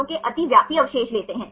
इसकी अनुमति नहीं है